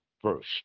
first